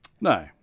no